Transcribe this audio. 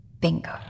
Bingo